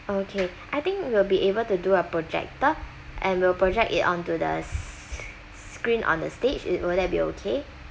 okay I think we'll be able to do a projector and we'll project it onto the screen on the stage it will that be okay